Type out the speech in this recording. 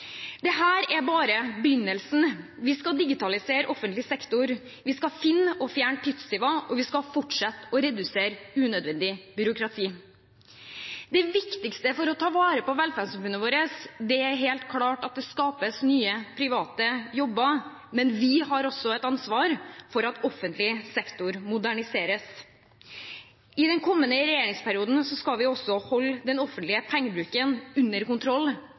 er bare begynnelsen. Vi skal digitalisere offentlig sektor, vi skal finne og fjerne tidstyver, og vi skal fortsette å redusere unødvendig byråkrati. Det viktigste for å ta vare på velferdssamfunnet vårt er helt klart at det skapes nye, private jobber, men vi har også et ansvar for at offentlig sektor moderniseres. I den kommende regjeringsperioden skal vi også holde den offentlige pengebruken under kontroll,